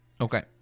Okay